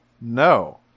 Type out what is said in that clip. no